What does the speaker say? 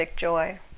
joy